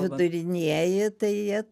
vidurinieji tai jie